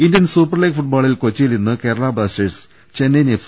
Indian Super League ഫുട്ബോളിൽ കൊച്ചിയിൽ ഇന്ന് കേരളാ ബ്ലാസ്റ്റേഴ്സ് ചെന്നൈയിൻ എഫ്